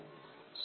సెషన్లు ఏమిటి